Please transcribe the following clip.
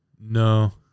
no